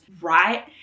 right